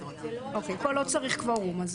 אוקיי, פה לא צריך קוורום.